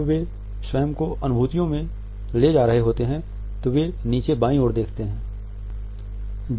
जब वे स्वयं को अनुभुतिओं में ले जा रहे होते हैं तो वे नीचे बाईं ओर देखते हैं